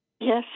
Yes